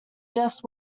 just